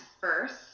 first